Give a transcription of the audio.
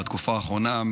ובתקופה האחרונה,